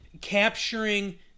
capturing